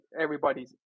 everybody's